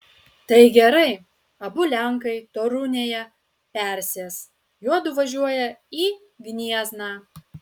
tai gerai abu lenkai torunėje persės juodu važiuoja į gniezną